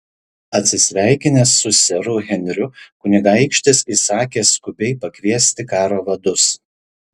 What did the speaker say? atsisveikinęs su seru henriu kunigaikštis įsakė skubiai pakviesti karo vadus